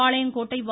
பாளையங்கோட்டை வ